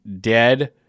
dead